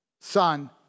Son